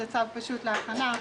זה צו פשוט להכנה.